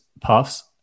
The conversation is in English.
Puffs